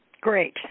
great